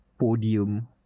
podium